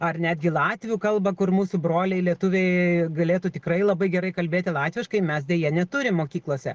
ar netgi latvių kalbą kur mūsų broliai lietuviai galėtų tikrai labai gerai kalbėti latviškai mes deja neturim mokyklose